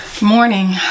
Morning